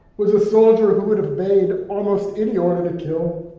was a soldier who would've obeyed almost any order to kill.